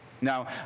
Now